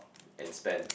and spend